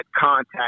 contact